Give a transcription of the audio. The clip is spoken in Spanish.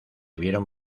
vieron